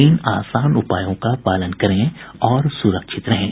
तीन आसान उपायों का पालन करें और सुरक्षित रहें